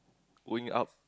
going up